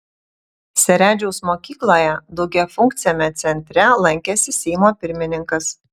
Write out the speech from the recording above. seredžiaus mokykloje daugiafunkciame centre lankėsi seimo pirmininkas